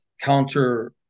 counter